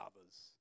others